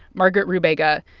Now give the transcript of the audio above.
margaret rubega,